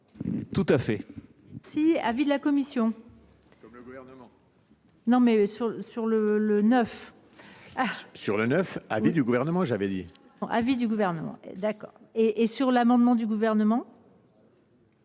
tout à fait